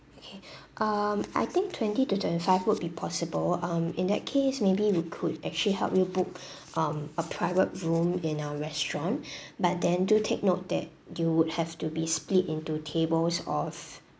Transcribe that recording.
okay um I think twenty to twenty five would be possible um in that case maybe we could actually help you book um a private room in our restaurant but then do take note that you would have to be split into tables of